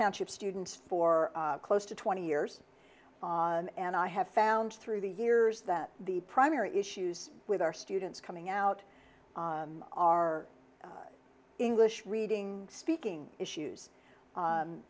township students for close to twenty years and i have found through the years that the primary issues with our students coming out are english reading speaking issues